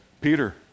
Peter